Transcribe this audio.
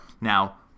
Now